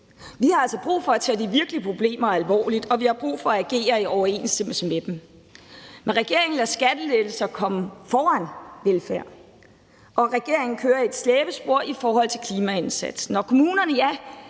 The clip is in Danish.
Vi har altså brug for at tage de virkelige problemer alvorligt, og vi har brug for at agere i overensstemmelse med dem. Men regeringen lader skattelettelser komme foran velfærd. Og regeringen kører i et slæbespor i forhold til klimaindsatsen. Og kommunerne, ja,